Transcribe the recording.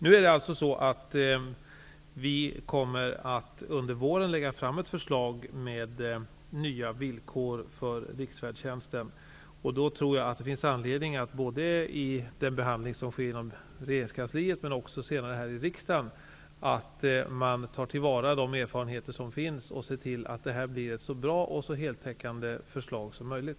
Vi kommer alltså att under våren lägga fram ett förslag till nya villkor för riksfärdtjänsten, och då tror jag att det finns anledning att i den behandling som sker både i regeringskansliet och senare här i riksdagen ta till vara de erfarenheter som finns och se till att det blir ett så bra och heltäckande förslag som möjligt.